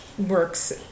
works